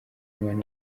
umwana